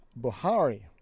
Buhari